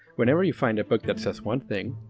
whenever you find a book that says one thing,